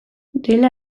dela